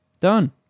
Done